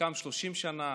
חלקם 30 שנה,